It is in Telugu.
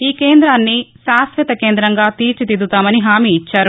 ఈ కేంద్రాన్ని శాశ్వత కేంద్రంగా తీర్చిదిద్దుతామని హామీ ఇచ్చారు